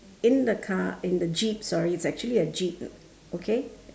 in the car in the jeep sorry it's actually a jeep okay